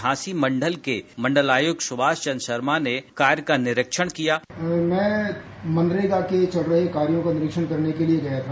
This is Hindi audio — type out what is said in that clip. झांसी मंडल के मंडलायुक्त सुभाष चन्द्र शर्मा ने कार्य का निरीक्षण किया मैं मनरेगा के चल रहे कार्यो का निरीक्षण करने के लिये गया था